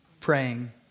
praying